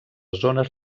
zones